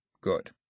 Good